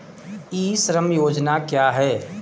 ई श्रम योजना क्या है?